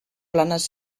planes